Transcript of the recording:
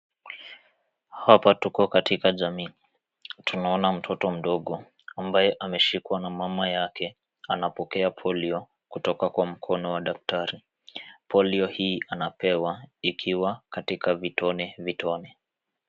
Hapa tuko katika jamii. Tunaona mtoto mdogo ambaye ameshikwa na mama yake. Anapokea polio kutoka kwa mkono wa daktari. Polio hii anapewa ikiwa katika vitone vitone.